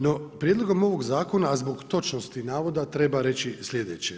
No prijedlogom ovog zakona a zbog točnosti navoda treba reći slijedeće.